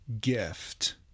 gift